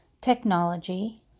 technology